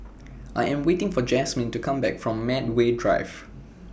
I Am waiting For Jasmin to Come Back from Medway Drive